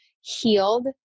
healed